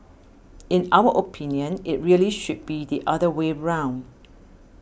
in our opinion it really should be the other way round